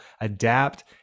adapt